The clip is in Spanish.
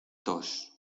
tos